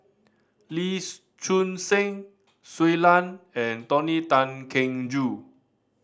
Lee's Choon Seng Shui Lan and Tony Tan Keng Joo